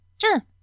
Sure